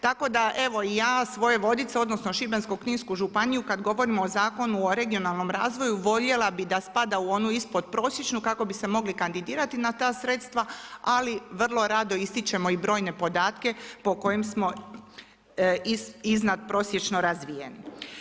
Tako da, evo i ja svoje Vodice, odnosno, Šibensko kninsku županiju, kad govorimo o Zakonu o regionalnom razvoju, voljela bi da spada u onu ispodprosječnu kako bi se mogli kandidirati na ta sredstva, ali vrlo rado ističimo i brojne podatke, po kojoj smo iz izvan prosječno razvijeni.